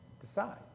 decide